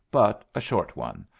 but a short one,